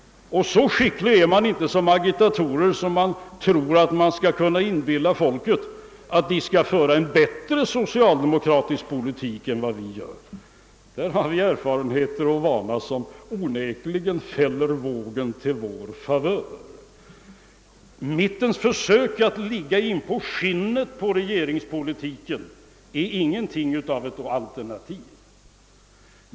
Och så skickliga är inte mittenpartierna i agitatoriskt hänseende att de kan inbilla folket att de kan föra en bättre socialdemokratisk politik än vi. Därvidlag har vi erfarenhet och vana som onekligen fäller utslaget till vår favör. Mittens försök att ligga in på skinnet på regeringen utgör sålunda inget alternativ.